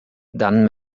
dann